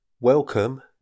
welcome